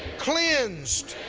cleansed,